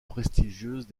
prestigieuses